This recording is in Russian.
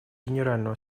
генеральную